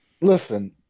listen